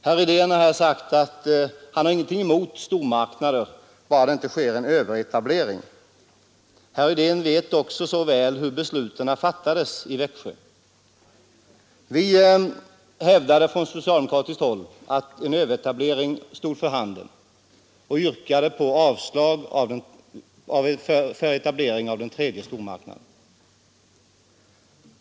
Herr Rydén säger att han inte har något emot stormarknader, bara det inte sker en överetablering. Men herr Rydén vet också väl hur det gick till när besluten fattades i Växjö. Vi hävdade från socialdemokratiskt håll att en överetablering var för handen och yrkade avslag på förslaget om etablering av den tredje stormarknaden.